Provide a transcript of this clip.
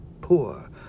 poor